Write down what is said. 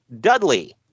Dudley